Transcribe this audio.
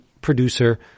producer